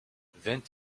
vingt